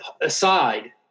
aside